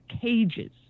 cages